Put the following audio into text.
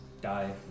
die